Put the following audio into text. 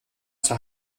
zur